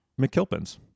McKilpins